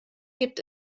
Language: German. gibt